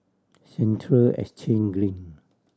Central Exchange Green